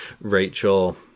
Rachel